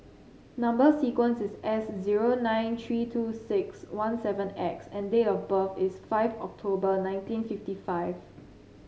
number sequence is S zero nine three two six one seven X and date of birth is five October nineteen fifty five